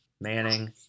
Manning